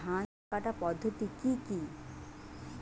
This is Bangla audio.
ধান কাটার পদ্ধতি কি কি?